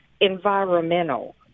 environmental